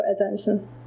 attention